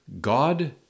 God